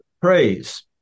Praise